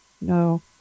no